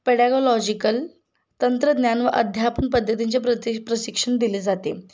pedagogical तंत्रज्ञान व अध्यापन पद्धतींचे प्रत प्रशिक्षण दिले जाते